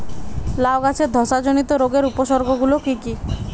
লাউ গাছের ধসা জনিত রোগের উপসর্গ গুলো কি কি?